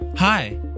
Hi